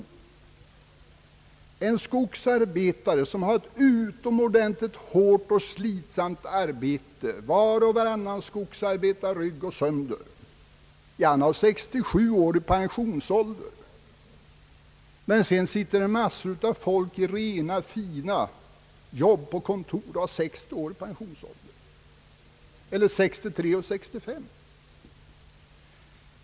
En skogsarbetare, som har ett utomordentligt hårt och slitsamt arbete — var och varannan skogsarbetarrygg är överansträngd — har 67 år i pensionsålder, medan det sitter massor av folk i rena, fina jobb på kontor och får pension vid 60, 63 eller 65 års ålder.